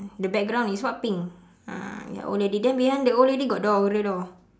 the background is what pink ah ya old lady then behind the old lady got door door